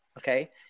Okay